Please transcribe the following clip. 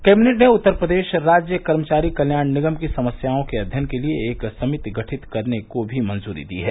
cabinet ने उत्तर प्रदेश राज्य कर्मचारी कल्याण निगम की समस्याओं के अध्ययन के लिए एक समिति गठित करने को भी मंजूरी दी है